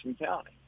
County